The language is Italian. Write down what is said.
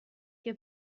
che